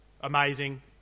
Amazing